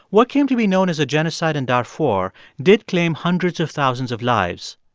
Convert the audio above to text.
what came to be known as a genocide in darfur did claim hundreds of thousands of lives,